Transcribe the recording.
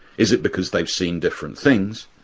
is it because they've seen different things,